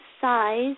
size